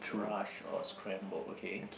rush or scrambled okay